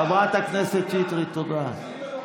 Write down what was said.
חברת הכנסת שטרית, תודה.